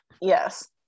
Yes